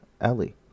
ellie